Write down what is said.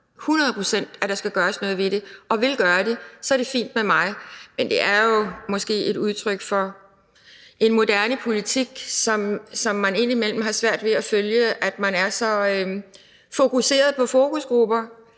procent, at der skal gøres noget ved det og vil gøre det, så er det fint med mig. Men det er måske et udtryk for en moderne politik, som det indimellem er svært at følge, at man er så fokuseret på fokusgrupper,